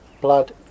blood